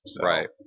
Right